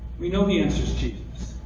we know the answer is jesus.